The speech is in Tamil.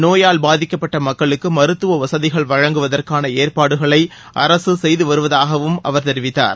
நோயால் பாதிக்கப்பட்ட மக்களுக்கு மருத்துவ வசதிகள் வழங்குவதற்கான ஏற்பாடுகளை அரசு செய்து வருவதாகவும் அவர் தெரிவித்தார்